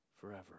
forever